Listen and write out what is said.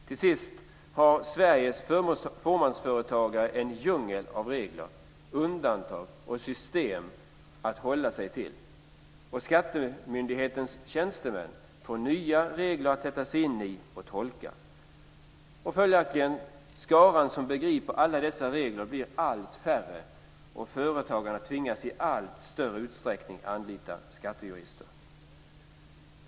Till sist har Sveriges fåmansföretagare en djungel av regler, undantag och system att hålla sig till. Skattemyndighetens tjänstemän får nya regler att sätta sig in i och tolka. Skaran som begriper alla dessa regler blir följaktligen allt färre, och företagarna tvingas i allt större utsträckning att anlita skattejurister.